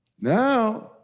Now